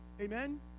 Amen